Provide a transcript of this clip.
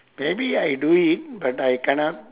maybe I do it but I cannot